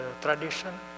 tradition